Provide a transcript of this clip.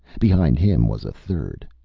behind him was a third.